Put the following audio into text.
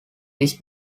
this